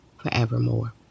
forevermore